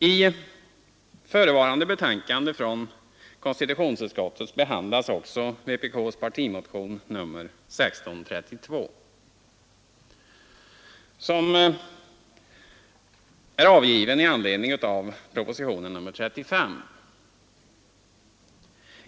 I förevarande betänkande från konstitutionsutskottet behandlas också vpkss partimotion nr 1632, som är avgiven i anledning av propositionen 35.